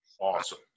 Awesome